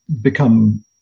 become